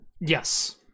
Yes